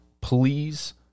please